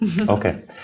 Okay